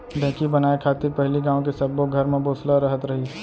ढेंकी बनाय खातिर पहिली गॉंव के सब्बो घर म बसुला रहत रहिस